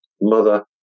mother